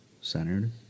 centered